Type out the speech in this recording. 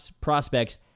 prospects